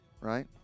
right